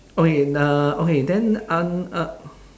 okay uh okay then